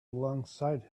alongside